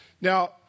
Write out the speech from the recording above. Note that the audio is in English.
Now